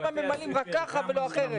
למה ממלאים רק ככה ולא אחרת?